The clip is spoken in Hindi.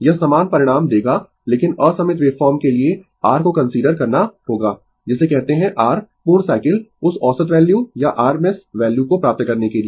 यह समान परिणाम देगा लेकिन असममित वेव फॉर्म के लिए r को कंसीडर करना होगा जिसे कहते है r पूर्ण साइकिल उस औसत वैल्यू या RMS वैल्यू को प्राप्त करने के लिए